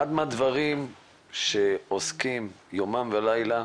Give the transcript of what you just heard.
אחד מהדברים שעוסקים יומם ולילה,